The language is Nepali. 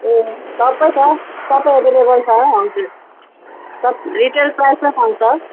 ए सबै छ सबै एभाइलेबल छ हजुर सब रिटेल प्राइजमा पाउँछ